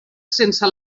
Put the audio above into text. sense